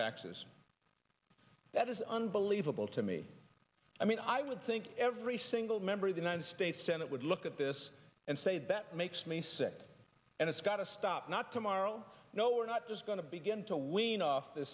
taxes that is unbelievable to me i mean i would think every single member of the united states senate would look at this and say that makes me sick and it's got to stop not tomorrow no we're not just going to begin to wean off th